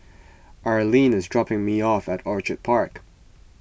Arlene is dropping me off at Orchid Park